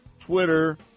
Twitter